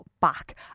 back